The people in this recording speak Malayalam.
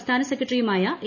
സംസ്ഥാന സെക്രട്ടറിയുമായ എ